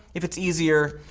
if it's easier,